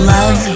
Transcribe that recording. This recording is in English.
Love